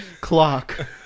Clock